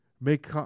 make